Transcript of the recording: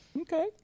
Okay